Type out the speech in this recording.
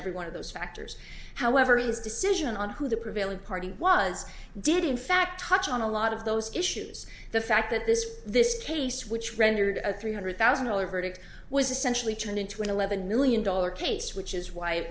every one of those factors however his decision on who the prevailing party was did in fact touch on a lot of those issues the fact that this this case which rendered a three hundred thousand dollars verdict was essentially turned into an eleven million dollar case which is why it